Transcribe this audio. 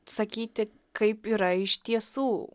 sakyti kaip yra iš tiesų